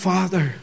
Father